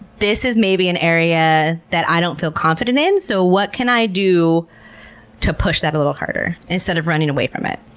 this is maybe an area that i don't feel confident in, so what can i do to push that a little harder instead of running away from it?